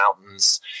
mountains